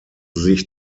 sich